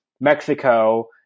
Mexico